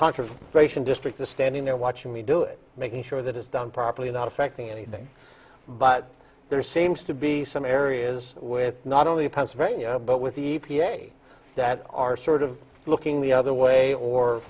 gratian district the standing there watching me do it making sure that it's done properly not affecting anything but there seems to be some areas with not only pennsylvania but with the e p a that are sort of looking the other way or